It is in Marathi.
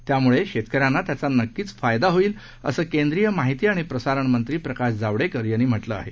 त्यामुळेशेतकऱ्यांनात्याचानक्कीचफायदाहोईल असंकेंद्रीयमाहितीआणिप्रसारणमंत्रीप्रकाशजावडेकरयांनीम्हटलंआहे